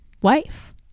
wife